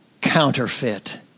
counterfeit